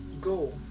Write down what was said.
go